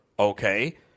Okay